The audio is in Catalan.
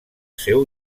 seu